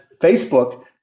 Facebook